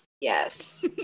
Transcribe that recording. Yes